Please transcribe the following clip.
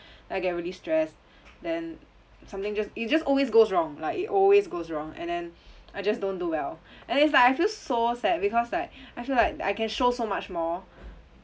I get really stressed then something just you just always goes wrong like it always goes wrong and then I just don't do well and then it's like I feel so sad because like I feel like I can show so much more